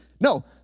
No